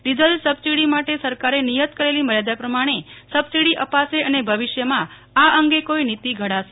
diesel subsidy માટે સરકારે નિયત કરેલી મર્યાદા પ્રમાણે સબસીડી અપાશે અને ભવિષ્ય માં આ અંગે કોઈ નિતિ ઘડાશે